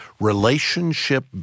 relationship